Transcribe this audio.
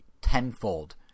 tenfold